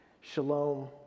Shalom